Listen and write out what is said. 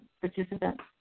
participants